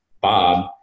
Bob